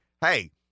hey